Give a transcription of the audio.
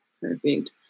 Perfect